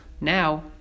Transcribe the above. now